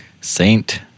Saint